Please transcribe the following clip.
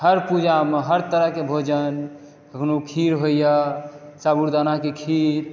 हर पूजा मे हर तरहके भोजन कखनो खीर होइया साबूदाना के खीर